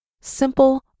simple